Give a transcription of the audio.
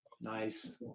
nice